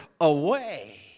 away